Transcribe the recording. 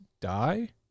die